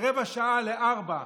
בשעה רבע לארבע,